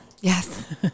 Yes